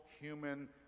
human